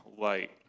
light